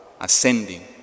ascending